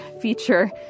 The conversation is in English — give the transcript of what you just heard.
feature